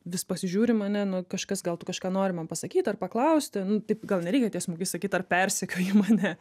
vis pasižiūri į mane nu kažkas gal tu kažką nori man pasakyt ar paklausti nu taip gal nereikia tiesmukai sakyt ar persekioji mane